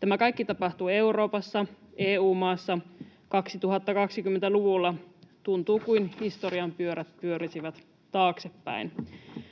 Tämä kaikki tapahtuu Euroopassa EU-maassa 2020-luvulla. Tuntuu kuin historian pyörät pyörisivät taaksepäin.